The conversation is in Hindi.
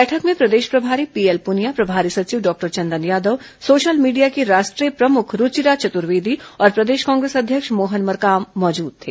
बैठक में प्रदेश प्रभारी पीएल पुनिया प्रभारी सचिव doctor Chandan Yadav social media की राष्ट्रीय प्रमुख रूचिरा चतुर्वेदी और प्रदेश कांग्रेस अध्यक्ष मोहन मरकाम मौजूद थे